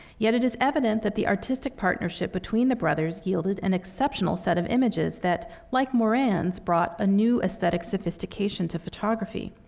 yet it is evident that the artistic partnership between the brothers yielded an exceptional set of images that, like moran's, brought a new aesthetic sophistication to photography.